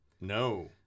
No